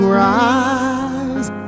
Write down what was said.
rise